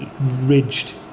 ridged